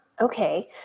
Okay